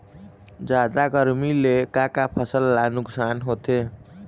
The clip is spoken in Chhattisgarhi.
जादा गरमी ले का का फसल ला नुकसान होथे?